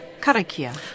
Karakia